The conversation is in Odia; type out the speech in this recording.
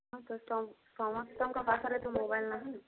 ହଁ ତ ସମ ସମସ୍ତଙ୍କ ପାଖରେ ତ ମୋବାଇଲ ନାହିଁ